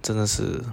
真的是